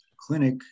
clinic